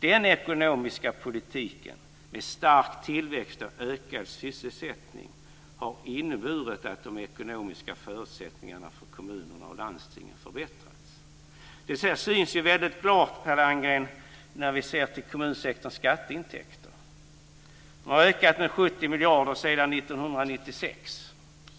Den ekonomiska politiken med stark tillväxt och ökad sysselsättning har inneburit att de ekonomiska förutsättningarna för kommuner och landsting förbättrats. Det syns väldigt klart på kommunsektorns skatteintäkter, Per Landgren. De har ökat med 70 miljarder sedan 1996.